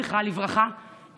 זכרה לברכה,